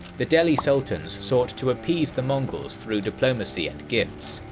the delhi sultans sought to appease the mongols through diplomacy and gifts.